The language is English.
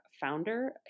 founder